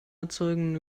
erzeugen